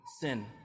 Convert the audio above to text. sin